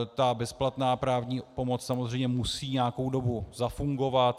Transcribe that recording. Ta bezplatná právní pomoc samozřejmě musí nějakou dobu zafungovat.